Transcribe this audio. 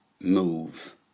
move